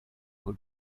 good